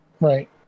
Right